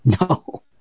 No